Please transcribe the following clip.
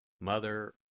Mother